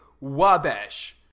Wabash